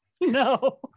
No